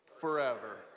forever